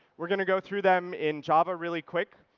we're going to go through them in java really quick.